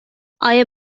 آیا